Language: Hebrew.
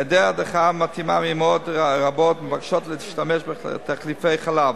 בהיעדר הדרכה מתאימה אמהות רבות מבקשות להשתמש בתחליפי חלב.